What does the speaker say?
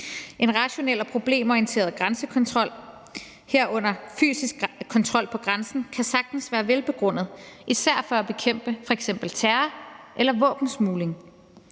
En rationel og problemorienteret grænsekontrol, herunder fysisk kontrol på grænsen, kan sagtens være velbegrundet, især for at bekæmpe f.eks. terror eller våbensmugling.